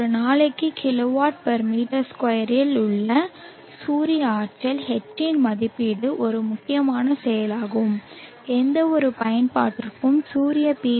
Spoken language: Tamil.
ஒரு நாளைக்கு kW m2 இல் உள்ள சூரிய ஆற்றல் H இன் மதிப்பீடு ஒரு முக்கியமான செயலாகும் எந்தவொரு பயன்பாட்டிற்கும் சூரிய பி